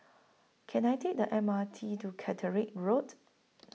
Can I Take The M R T to Caterick Road